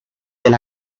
del